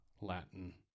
Latin